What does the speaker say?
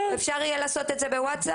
אפשר יהיה לעשות את זה בוואטסאפ?